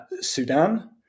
Sudan